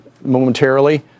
momentarily